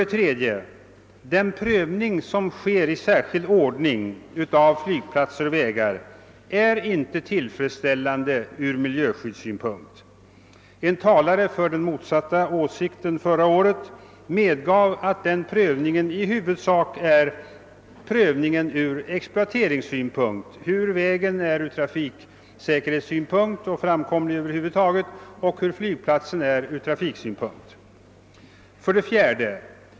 Den tillståndsprövning som sker i särskild ordning i fråga om flygplatser och vägar är inte tillfredsställande från miljöskyddssynpunkt. En talare för den motsatta åsikten medgav förra året att denna prövning i huvudsak görs från exploateringssynpunkt, trafiksäkerhetssynpunkt och framkomlighet. 4.